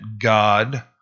God